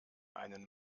einen